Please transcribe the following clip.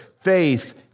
faith